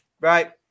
Right